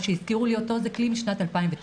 הזכירו לי אותו זה כלי משנת 2019,